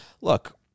look